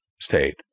state